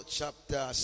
chapter